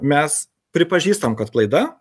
mes pripažįstam kad klaida